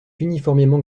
uniformément